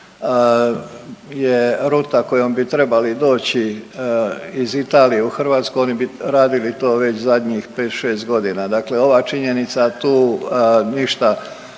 je ruta kojom bi trebali doći iz Italije u Hrvatsku oni bi radili to već zadnjih 5-6.g.., dakle ova činjenica tu ništa